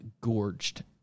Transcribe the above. gorged